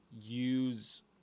use